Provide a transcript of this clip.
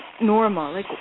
normal